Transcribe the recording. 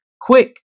quick